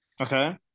okay